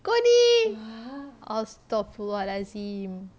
kau ni astagfirullahazim